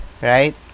right